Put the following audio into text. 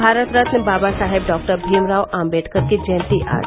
Bharat Ratna Baba Saheb doctor Bhimrao Ambedkar की जयंती आज